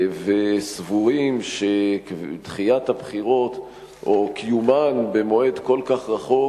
וסבורים שדחיית הבחירות או קיומן במועד כל כך רחוק